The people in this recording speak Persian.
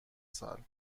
سال